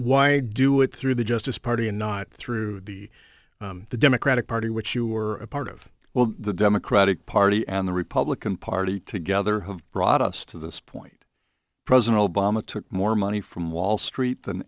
why do it through the justice party and not through the democratic party which you were a part of well the democratic party and the republican party together have brought us to this point president obama took more money from wall street than